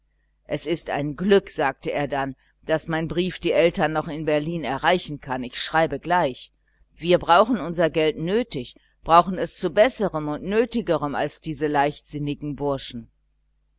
es ist ein glück sagte er dann daß mein brief die eltern noch in berlin erreichen kann ich schreibe gleich wir brauchen unser geld brauchen es zu besserem und nötigerem als diese leichtsinnigen burschen